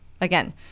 again